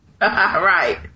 Right